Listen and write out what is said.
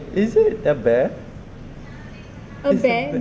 is it a bear